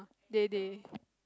they they